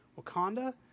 wakanda